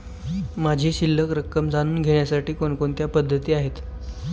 माझी शिल्लक रक्कम जाणून घेण्यासाठी कोणकोणत्या पद्धती आहेत?